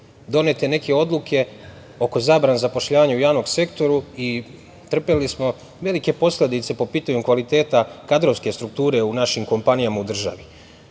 donete neke odluke oko zabrane zapošljavanja u javnom sektoru i trpeli smo velike posledice po pitanju kvaliteta kadrovske strukture u našim kompanijama u državi. Sada